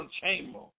chamber